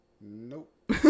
nope